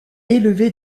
élevé